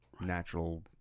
Natural